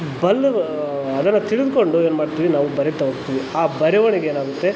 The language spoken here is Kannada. ಬಲ್ಲವ ಅದನ್ನು ತಿಳಿದುಕೊಂಡು ಏನ್ಮಾಡ್ತೀವಿ ನಾವು ಬರೀತಾ ಹೋಗ್ತೀವಿ ಆ ಬರವಣಿಗೆ ಏನಾಗುತ್ತೆ